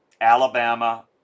Alabama